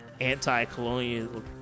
anti-colonial